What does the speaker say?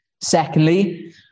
Secondly